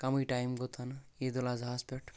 کمے time گوٚو تنہٕ عید الاضحی ہس پٮ۪ٹھ